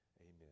Amen